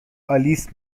آلیس